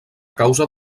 causa